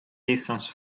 distance